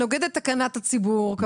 שנוגד את תקנת הציבור.